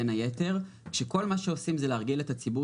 אלא שכרגע כל מה שעושים זה להרגיל את הציבור